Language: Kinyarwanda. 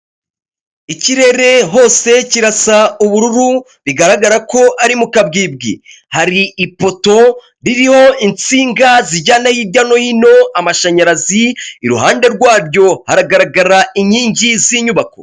Ikirere hose kirasa ubururu bigaragara ko ari mu kabwibwi, hari ipoto ririho insinga zijyana hirya no hino amashanyarazi, iruhande rwaryo haragaragara inkingi z'inyubako.